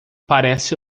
parece